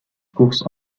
course